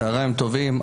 צוהריים טובים.